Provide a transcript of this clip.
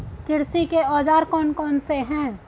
कृषि के औजार कौन कौन से हैं?